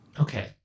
Okay